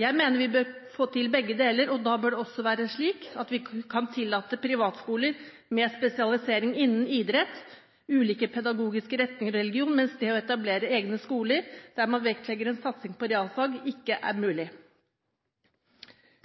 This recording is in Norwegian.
Jeg mener vi bør kunne få til begge deler, og da bør det ikke være slik at vi kun tillater privatskoler med spesialisering innen idrett, ulike pedagogiske retninger og religion, mens det å etablere egne skoler der man vektlegger en satsing på realfag, ikke er mulig.